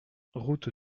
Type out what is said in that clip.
route